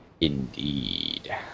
Indeed